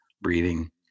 breathing